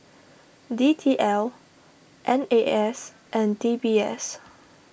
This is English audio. D T L N A S and D B S